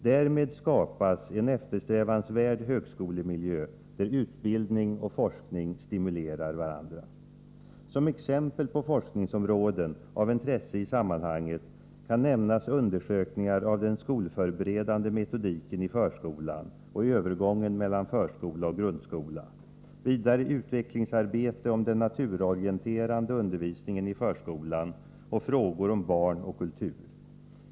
Därmed skapas en eftersträvansvärd högskolemiljö där utbildning och forskning stimulerar varandra. Som exempel på forskningsområden av intresse i sammanhanget kan nämnas undersökningar av den skolförberedande metodiken i förskolan och övergången mellan förskola och grundskola, vidare utvecklingsarbete om den naturorienterande undervisningen i förskolan och frågor om barn och kultur.